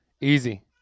easy